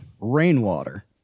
rainwater